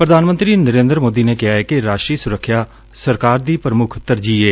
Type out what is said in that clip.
ਪ੍ਰਧਾਨ ਮੰਤਰੀ ਨਰੇ'ਦਰ ਮੋਦੀ ਨੇ ਕਿਹੈ ਕਿ ਰਾਸ਼ਟਰੀ ਸੁਰੱਖਿਆ ਸਰਕਾਰ ਦੀ ਪ੍ਰਮੁੱਖ ਤਰਜੀਹ ਏ